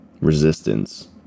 resistance